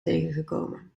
tegengekomen